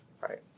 right